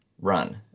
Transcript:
run